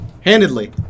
Handedly